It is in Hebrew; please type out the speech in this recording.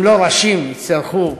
אם לא ראשים, יצטרכו,